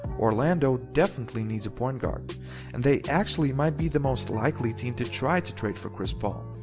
orlando definitely needs a point guard and they actually might be the most likely team to try to trade for chris paul.